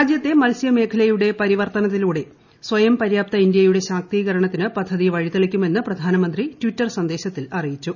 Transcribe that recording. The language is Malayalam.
രാജ്യത്തെ മത്സ്യമേഖലയുടെ പരിവർത്തനത്തിലൂടെ സ്വയം പര്യാപ്ത ഇന്ത്യയുടെ ശാക്തീകരണത്തിന് പദ്ധതി വഴിതെളിക്കുമെന്ന് പ്രധാനമന്ത്രി ട്വിറ്റർ സന്ദേശ്രത്തിൽ അറിയിച്ചു